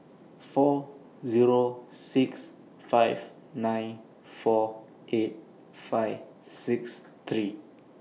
four Zero six five nine four eight five six three